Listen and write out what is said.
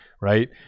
right